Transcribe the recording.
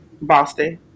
Boston